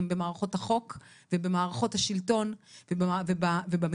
במערכות החוק ובמערכות השלטון ובמדינה,